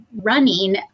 running